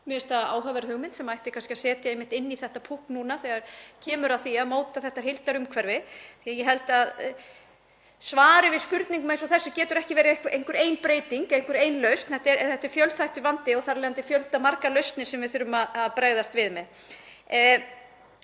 það áhugaverð hugmynd sem ætti kannski að setja inn í þetta púkk núna þegar kemur að því að móta þetta heildarumhverfi. Ég held að svarið við spurningum eins og þessari geti ekki verið einhver ein breyting eða einhver ein lausn. Þetta er fjölþættur vandi og þar af leiðandi fjöldamargar lausnir sem við þurfum að bregðast við með.